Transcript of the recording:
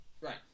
Right